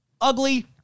ugly